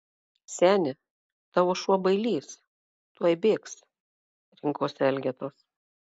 seni tavo šuo bailys tuoj bėgs rinkosi elgetos